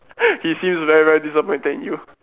he seems very very disappointed in you